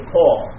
Paul